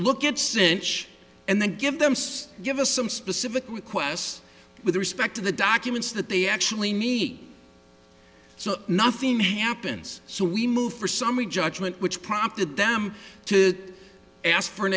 look at synch and then give them some give us some specific requests with respect to the documents that they actually me so nothing happens so we moved for summary judgment which prompted them to ask for an